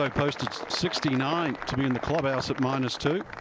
like posted sixty nine to be in the clubhouse at minus two.